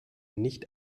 nicht